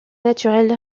naturel